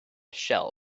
shell